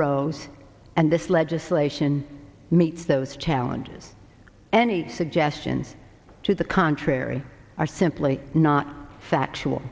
arose and this legislation meets those challenges any suggestion to the contrary are simply not factual